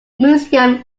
museum